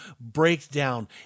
breakdown